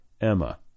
Emma